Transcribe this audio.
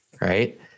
Right